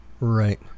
Right